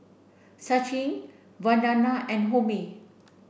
Sachin Vandana and Homi